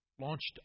launched